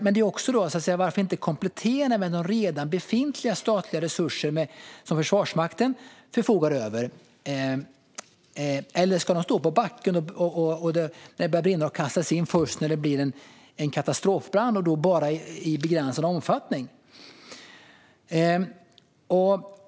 Men varför inte så att säga komplettera med de redan befintliga statliga resurser som Försvarsmakten förfogar över? Eller ska de stå på backen när det börjar brinna och kastas in först när det blir en katastrofbrand - och då bara i begränsad omfattning?